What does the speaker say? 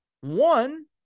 One